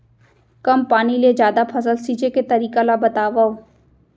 कम पानी ले जादा फसल सींचे के तरीका ला बतावव?